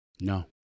No